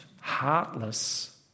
heartless